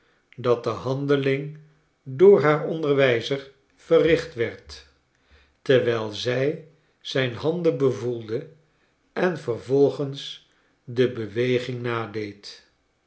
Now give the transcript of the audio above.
dat de handeling door haar onderwijzer verricht werd terwijl zij zijn handen bevoelde en vervolgens de beweging nadeed